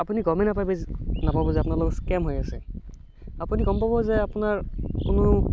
আপুনি গ'মেই নাপাব যে আপোনাৰ লগত স্কেম হৈ আছে আপুনি গম পাব যে আপোনাৰ কোনো